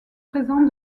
présents